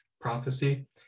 prophecy